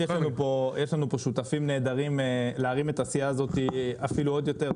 יש לנו פה שותפים נהדרים להרים את התעשייה הזו אפילו עוד יותר.